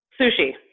Sushi